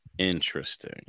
interesting